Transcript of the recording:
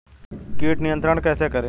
कीट नियंत्रण कैसे करें?